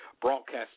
broadcast